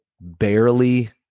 barely